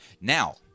Now